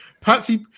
Patsy